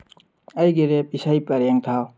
ꯑꯩꯒꯤ ꯔꯦꯞ ꯏꯁꯩ ꯄꯔꯦꯡ ꯊꯥꯎ